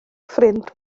ffrind